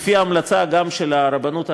לפי המלצה גם של הרבנות הראשית,